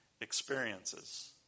experiences